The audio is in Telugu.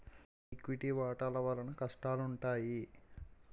ఈక్విటీ వాటాల వలన కష్టనష్టాలుంటాయి